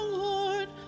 lord